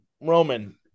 Roman